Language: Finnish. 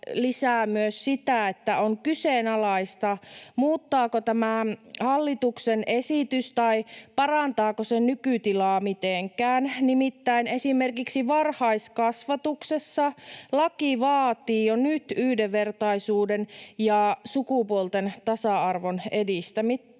edistämisen osalta on kyseenalaista, muuttaako tämä hallituksen esitys tai parantaako se nykytilaa mitenkään, nimittäin esimerkiksi varhaiskasvatuksessa laki vaatii jo nyt yhdenvertaisuuden ja sukupuolten tasa-arvon edistämistä.